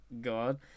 God